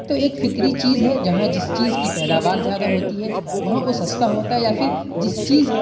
تو ایک فطری چیز ہے جہاں جس چیز کی پیداوار زیادہ ہوتی ہے وہاں وہ سستا ہوتا ہے یا پھر جس چیز